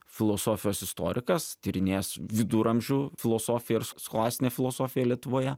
filosofijos istorikas tyrinėjęs viduramžių filosofiją ir scholastinę filosofiją lietuvoje